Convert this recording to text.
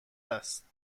است